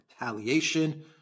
retaliation